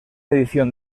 edición